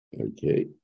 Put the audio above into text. Okay